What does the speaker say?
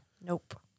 nope